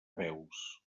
veus